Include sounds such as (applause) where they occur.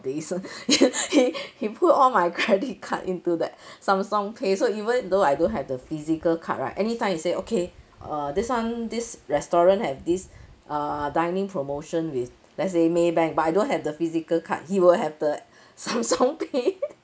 eh so (laughs) he he put all my credit card into that samsung pay so even though I don't have the physical card right anytime he say okay uh this one this restaurant have this uh dining promotion with let's say maybank but I don't have the physical card he will have the samsung pay (laughs)